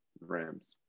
Rams